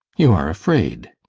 you are afraid!